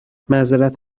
معذرت